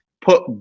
put